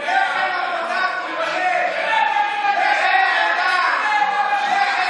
להעביר את הצעת חוק שכר מינימום (תיקון, העלאת שכר